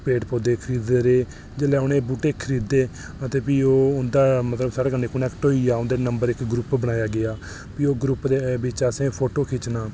पेड़ पौधे खरीददे रेह् जेल्लै उ'नें बूह्टे खरीदे ते भी ओह् मतलब उं'दा साढ़े कन्नै कनैक्ट होई गेआ ते नंबर कन्नै इक ग्रुप बनाया गेआ ते भी ओह् असें ग्रुप बिच फोटो खिच्चना